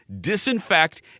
disinfect